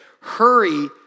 Hurry